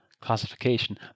classification